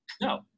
No